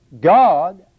God